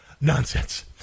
nonsense